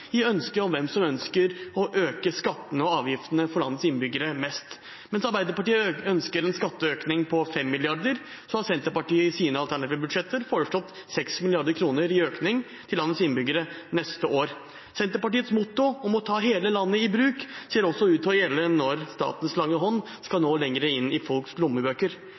som ønsker å øke skattene og avgiftene for landets innbyggere mest. Mens Arbeiderpartiet ønsker en skatteøkning på 5 mrd. kr, har Senterpartiet i sine alternative budsjetter foreslått 6 mrd. kr i økning for landets innbyggere neste år. Senterpartiets motto om å ta hele landet i bruk ser ut til å gjelde også når statens lange hånd skal nå lenger inn i folks lommebøker.